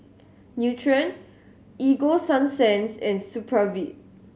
Nutren Ego Sunsense and Supravit